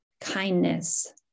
kindness